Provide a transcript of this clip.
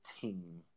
team